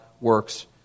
works